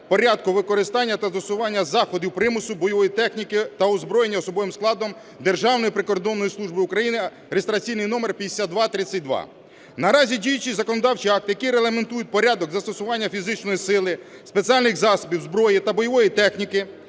порядку використання та застосування заходів примусу, бойової техніки та озброєння особовим складом Державної прикордонної служби України (реєстраційний номер 5232). Наразі діючі законодавчі акти, які регламентують порядок застосування фізичної сили, спеціальних засобів, зброї та бойової техніки